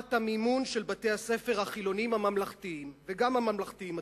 מרמת המימון של בתי-הספר החילוניים הממלכתיים וגם הממלכתיים-הדתיים.